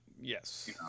Yes